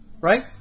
Right